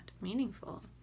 meaningful